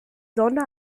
sonne